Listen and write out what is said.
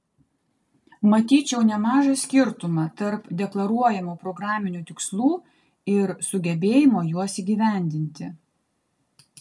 matyčiau nemažą skirtumą tarp deklaruojamų programinių tikslų ir sugebėjimo juos įgyvendinti